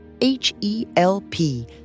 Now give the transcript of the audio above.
H-E-L-P